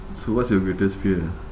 so what's your greatest fear